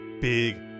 Big